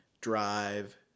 drive